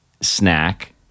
Snack